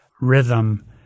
rhythm